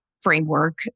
framework